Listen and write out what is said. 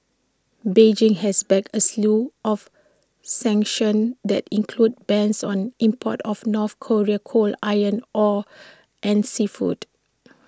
Beijing has backed A slew of sanctions that include bans on imports of north Korean coal iron ore and seafood